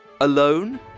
Alone